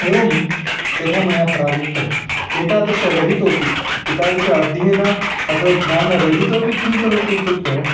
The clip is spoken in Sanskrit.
एवं यथा मया प्रागुक्तम् एतादृश रहितोपि एतादृश अध्ययनम् अथवा ज्ञानरहितोपि किं करोति इत्युक्ते